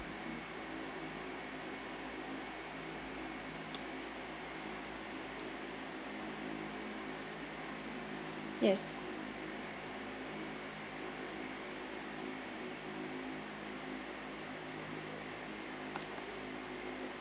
yes